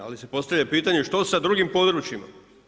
Ali se postavlja pitanje što sa drugim područjima.